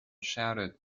shouted